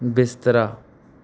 ਬਿਸਤਰਾ